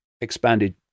expanded